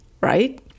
right